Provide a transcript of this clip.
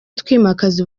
twimakaza